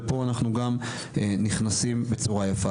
ופה אנחנו גם נכנסים בצורה יפה.